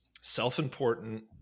self-important